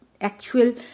actual